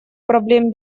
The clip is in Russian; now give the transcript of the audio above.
проблем